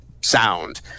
sound